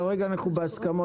כרגע אנחנו בהסכמות,